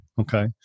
Okay